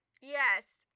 Yes